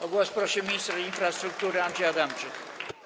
O głos prosi minister infrastruktury Andrzej Adamczyk.